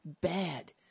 bad